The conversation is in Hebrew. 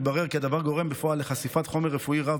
מתברר כי הדבר גורם בפועל לחשיפת חומר רפואי רב